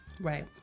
Right